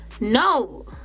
No